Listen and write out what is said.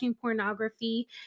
Pornography